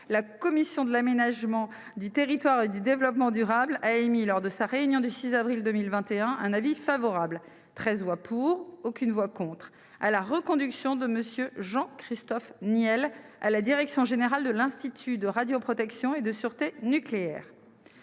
la commission de l'aménagement du territoire et du développement durable a émis, lors de sa réunion du 6 avril 2021, un avis favorable- 13 voix pour, aucune voix contre -à la reconduction de M. Jean-Christophe Niel à la direction générale de l'Institut de radioprotection et de sûreté nucléaire.